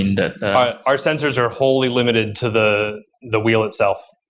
mean, the our sensors are wholly limited to the the wheel itself.